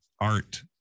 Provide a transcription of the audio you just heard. Art